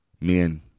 Men